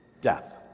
death